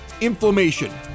inflammation